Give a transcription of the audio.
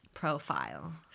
profile